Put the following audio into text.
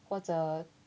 或者